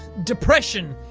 depression.